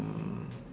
mm